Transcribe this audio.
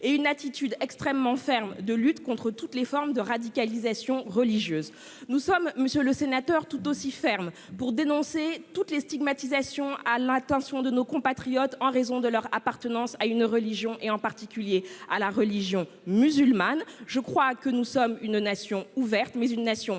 de communautarisme religieux et contre toutes les formes de radicalisation religieuse. Nous sommes, monsieur le sénateur, tout aussi fermes pour dénoncer toutes les stigmatisations à l'intention de nos compatriotes en raison de leur appartenance à une religion, en particulier à la religion musulmane. Nous sommes une nation ouverte, mais une nation ferme